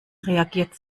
reagiert